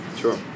Sure